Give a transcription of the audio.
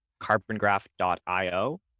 carbongraph.io